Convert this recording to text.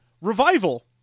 Revival